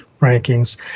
rankings